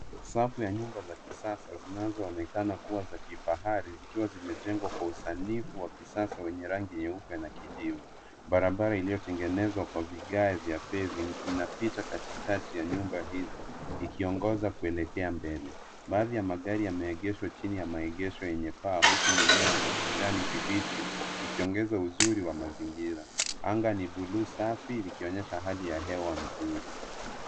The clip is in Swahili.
Safu ya nyumba za kisasa zinazoonekana kuwa za kifahari zikiwa zimejengwa kwa usanii wa kisasa wenye rangi nyeupe na kijivu. Barabara iliyotengenezwa kwa vigae vya pevi inapita katikati ya nyumba hizo ikiongoza kuelekea mbele. Baadhi ya magari yameegeshwa chini ya maegesho yenye paa huku mimea ya kijani kibichi ikiongeza uzuri wa mazingira. Anga ni buluu safi ikionyesha hali ya hewa nzuri.